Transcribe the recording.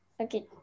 okay